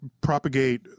propagate